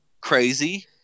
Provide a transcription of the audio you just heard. crazy